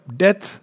death